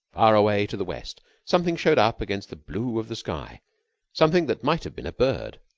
far away to the west something showed up against the blue of the sky something that might have been a bird,